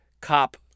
cop